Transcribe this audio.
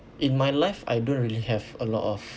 in my life I don't really have a lot of